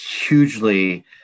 hugely